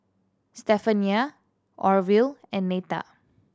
Stephania Orvil and Neta